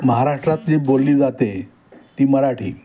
महाराष्ट्रात जी बोलली जाते ती मराठी